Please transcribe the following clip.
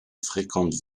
fréquentes